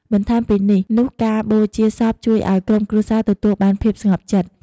បន្ថែមពីនេះនុះការបូជាសពជួយអោយក្រុមគ្រួសារទទួលបានភាពស្ងប់ចិត្ត។